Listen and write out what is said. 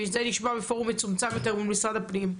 ואת זה נשמע בפורום מצומצם יותר מול משרד הפנים,